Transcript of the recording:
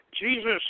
Jesus